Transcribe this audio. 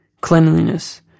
cleanliness